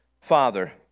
father